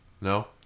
No